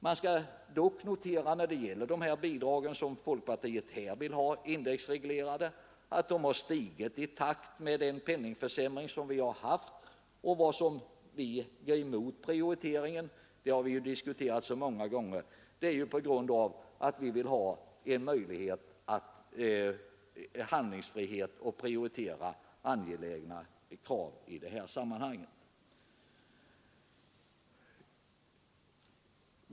Man skall dock när det gäller de bidrag som folkpartiet vill ha indexreglerade notera att dessa har stigit i takt med den penningvärdeförsämring som skett. Anledningen till att vi går emot folkpartiets krav — det har vi ju framhållit så många gånger — är att vi vill ha handlingsfrihet att prioritera angelägna krav i detta sammanhang.